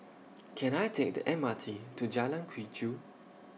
Can I Take The M R T to Jalan Quee Chew